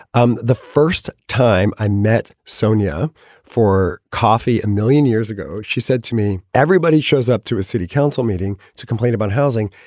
um the first time i met sonia for coffee a million years ago, she said to me, everybody shows up to a city council meeting to complain about housing.